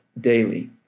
daily